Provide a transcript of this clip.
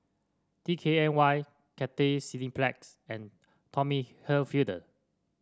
D K N Y Cathay Cineplex and Tommy Hilfiger